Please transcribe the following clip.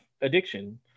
addiction